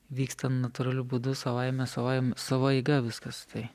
vyksta natūraliu būdu savaime savam savo eiga viskas tai